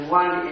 one